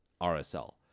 RSL